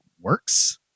works